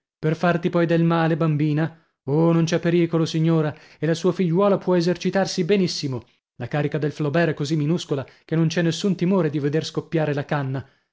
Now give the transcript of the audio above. per farti poi del male bambina oh non c'è pericolo signora e la sua figliuola può esercitarsi benissimo la carica del flobert è così minuscola che non c'è nessun timore di veder scoppiare la canna